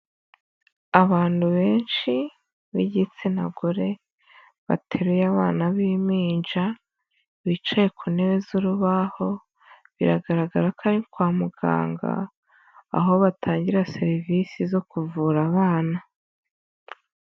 Abantu benshi b'igitsina gore, bateruye abana b'impinja, bicaye ku ntebe z'urubaho, biragaragara ko ari kwa muganga, aho batangira serivisi zo kuvura abana.